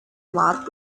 mat